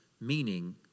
meaning